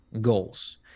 goals